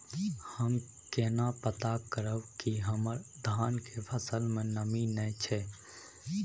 हम केना पता करब की हमर धान के फसल में नमी नय छै?